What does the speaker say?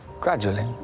gradually